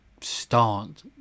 start